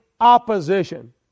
opposition